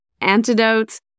antidotes